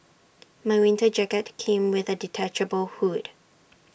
my winter jacket came with A detachable hood